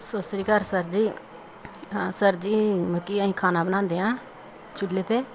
ਸਤਿ ਸ਼੍ਰੀ ਅਕਾਲ ਸਰ ਜੀ ਹਾਂ ਸਰ ਜੀ ਮਲਕੀ ਅਸੀਂ ਖਾਣਾ ਬਣਾਉਂਦੇ ਹਾਂ ਚੁੱਲ੍ਹੇ 'ਤੇ